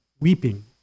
weeping